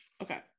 Okay